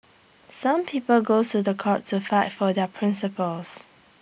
some people goes to The Court to fight for their principles